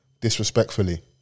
disrespectfully